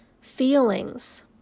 feelings